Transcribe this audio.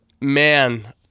man